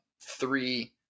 three